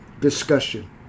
discussion